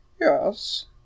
yes